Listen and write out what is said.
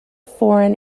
foreign